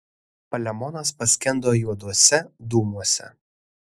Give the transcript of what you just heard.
palemonas paskendo juoduose dūmuose